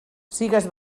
sigues